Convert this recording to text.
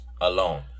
Alone